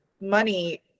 money